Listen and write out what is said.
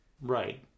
Right